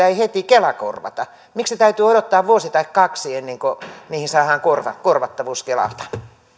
ei heti kela korvata kun niitä tulee miksi täytyy odottaa vuosi tai kaksi ennen kuin niihin saadaan korvattavuus kelalta